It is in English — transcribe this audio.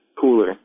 Cooler